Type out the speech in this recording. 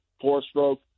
four-stroke